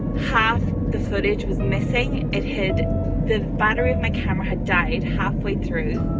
half the footage was missing, it had the battery of my camera had died, halfway through